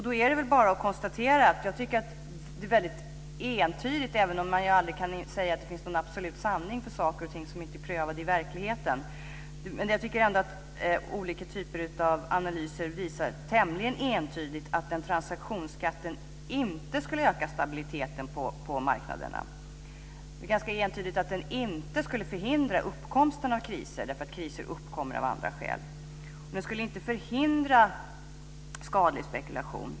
Då återstår väl bara att konstatera - även om man aldrig kan säga att det finns en absolut sanning för saker och ting som inte är prövade i verkligheten - att olika typer av analyser tämligen entydigt visar att denna transaktionsskatt inte skulle öka stabiliteten på marknaderna. Det är ganska entydigt att den inte skulle förhindra uppkomsten av kriser därför att kriser uppkommer av andra skäl. Den skulle heller inte förhindra skadlig spekulation.